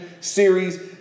series